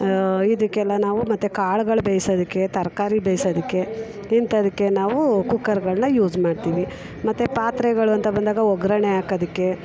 ಇದಕ್ಕೆಲ್ಲ ನಾವು ಮತ್ತೆ ಕಾಳುಗಳು ಬೇಯ್ಸೋದಿಕ್ಕೆ ತರಕಾರಿ ಬೇಯ್ಸೋದಿಕ್ಕೆ ಇಂಥದ್ಕೆ ನಾವು ಕುಕ್ಕರ್ಗಳನ್ನ ಯೂಸ್ ಮಾಡ್ತೀವಿ ಮತ್ತೆ ಪಾತ್ರೆಗಳು ಅಂತ ಬಂದಾಗ ಒಗ್ಗರಣೆ ಹಾಕೋದಿಕ್ಕೆ